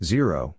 Zero